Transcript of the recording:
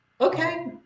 okay